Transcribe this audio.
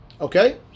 Okay